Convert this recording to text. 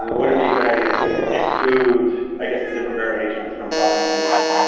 and wouldn't be but idea to and exclude, i guess, the different variations from crawling and indexing.